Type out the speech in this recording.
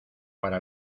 para